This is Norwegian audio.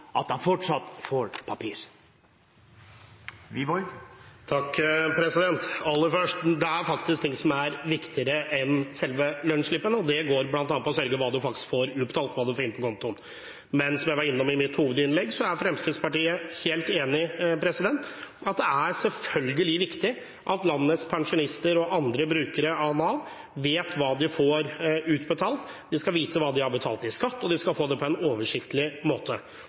faktisk ting som er viktigere enn selve lønnsslippen, og det handler bl.a. om å sørge for hva man får utbetalt, og hva man får inn på kontoen. Men, som jeg var innom i mitt hovedinnlegg, Fremskrittspartiet er helt enig i at det selvfølgelig er viktig at landets pensjonister og andre brukere av Nav vet hva de får utbetalt. De skal vite hva de har betalt i skatt, og de skal få det på en oversiktlig måte.